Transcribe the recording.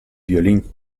violín